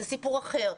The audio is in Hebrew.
זה סיפור אחר.